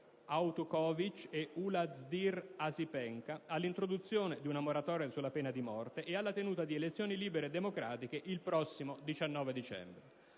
Autukhovich e Uladzimir Asipenka, all'introduzione di una moratoria sulla pena di morte e alla tenuta di elezioni libere e democratiche il prossimo 19 dicembre».